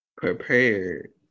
prepared